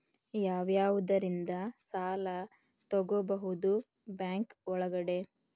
ಯಾವ್ಯಾವುದರಿಂದ ಸಾಲ ತಗೋಬಹುದು ಬ್ಯಾಂಕ್ ಒಳಗಡೆ?